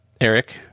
Eric